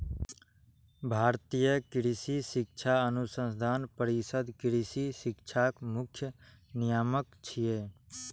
भारतीय कृषि शिक्षा अनुसंधान परिषद कृषि शिक्षाक मुख्य नियामक छियै